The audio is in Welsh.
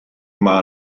mae